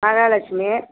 Mahalakshmi